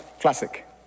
classic